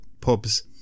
Pubs